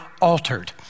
altered